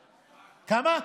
כמה?